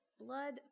blood